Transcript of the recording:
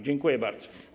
Dziękuję bardzo.